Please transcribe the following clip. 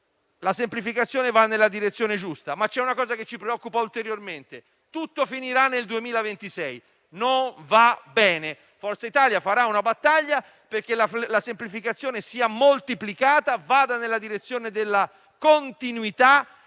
La semplificazione va nella giusta direzione, ma c'è una cosa che ci preoccupa ulteriormente: tutto finirà nel 2026. Non va bene. Forza Italia farà una battaglia perché la semplificazione sia moltiplicata, vada nella direzione della continuità